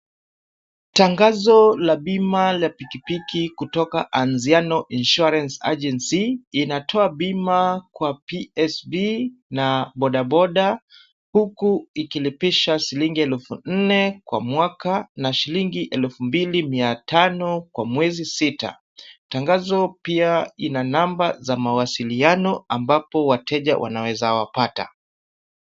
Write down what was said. Tangazo la bima la pikipiki kutoka Anziona Insurance Agency , linatoa bima kwa PSV na bodadoda, huku likilipisha shilingi elfu nne kwa mwaka, na shilingi elfu mbili mia tano kwa miezi sita. Tangazo pia ina namba za mawasiliano, ambapo wateja wanaweza wapata.